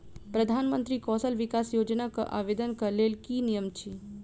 प्रधानमंत्री कौशल विकास योजना केँ आवेदन केँ लेल की नियम अछि?